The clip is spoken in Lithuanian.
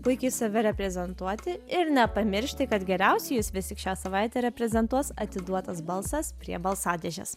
puikiai save reprezentuoti ir nepamiršti kad geriausiai jus vis tik šią savaitę reprezentuos atiduotas balsas prie balsadėžės